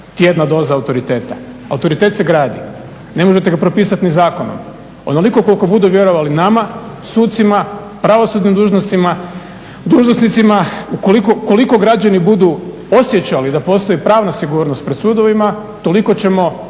tjedna doza autoriteta. Autoritet se gradi. Ne možete ga propisati ni zakonom. Onoliko koliko budu vjerovali nama sucima, pravosudnim dužnosnicima, dužnosnicima, ukoliko građani budu osjećali da postoji pravna sigurnost pred sudovima toliko ćemo